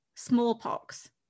smallpox